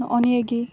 ᱱᱚᱜᱼᱚᱭ ᱱᱤᱭᱟᱹ ᱜᱮ